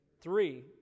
Three